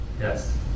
Yes